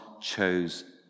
chose